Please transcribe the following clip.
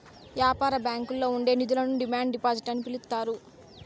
యాపార బ్యాంకుల్లో ఉండే నిధులను డిమాండ్ డిపాజిట్ అని పిలుత్తారు